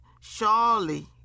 surely